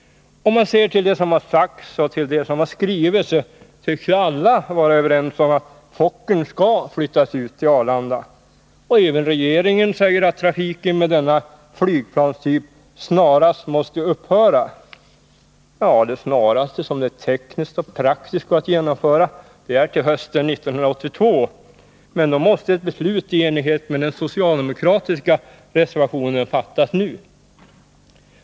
Om man ser till det som har sagts och till det som har skrivits, tycks ju alla vara överens om att Fokkern skall flyttas ut till Arlanda. Även regeringen säger att trafiken på Bromma med denna flygplanstyp snarast måste Nr 53 upphöra. Ja, det snaraste som det tekniskt och praktiskt går att genomföra är till hösten 1982, men då måste ett beslut i enlighet med den socialdemokratiska reservationen fattas nu.